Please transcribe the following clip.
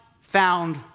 found